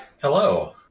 hello